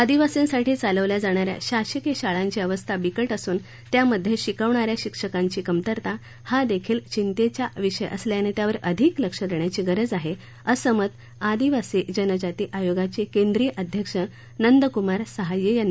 आदीवासींसाठी चालवल्या जाणा या शासकीय शाळांची अवस्था बिकट असून त्यामध्ये शिकवणा या शिक्षकांची कमतरता हा देखील चिंतेचा विषय असल्यानं त्यावर अधिक लक्ष देण्याची गरज आहे असं मत आदिवासी जनजाती आयोगाचे केंद्रीय अध्यक्ष नंदकुमार सहाय यांनी व्यक्त केलं आहे